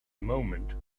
moment